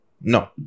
No